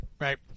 Right